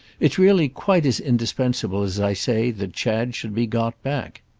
it's really quite as indispensable as i say that chad should be got back.